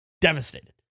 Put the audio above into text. devastated